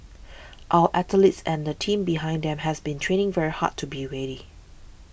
our athletes and the team behind them have been training very hard to be ready